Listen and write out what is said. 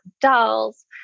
dolls